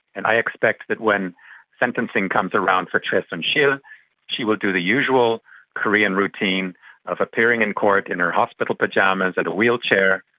and i expect that when sentencing comes around for choi and soon-sil, she will do the usual korean routine of appearing in court in her hospital pyjamas and a wheelchair,